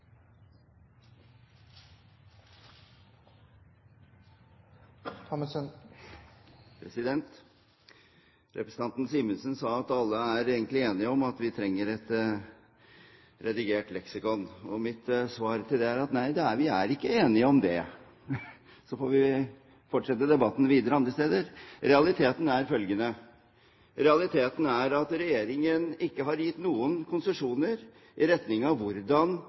sitt innlegg. Representanten Simensen sa at alle egentlig er enige om at vi trenger et redigert leksikon. Mitt svar til det er: Nei, vi er ikke enige om det. Så får vi fortsette debatten videre andre steder. Realiteten er følgende: Regjeringen har ikke gitt noen konsesjoner i retning av hvordan